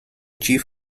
chief